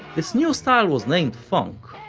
this new style was named funk,